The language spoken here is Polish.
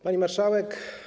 Pani Marszałek!